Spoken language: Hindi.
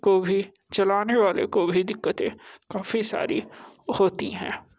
को भी चलाने वाले को भी दिक्कतें काफ़ी सारी होती हैं